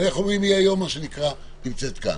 היא היום נמצאת כאן.